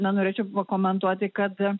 na norėčiau komentuoti kad